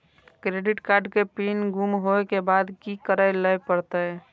Credit card के pin गुम होय के बाद की करै ल परतै?